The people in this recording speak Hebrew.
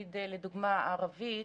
הרשות הערבית,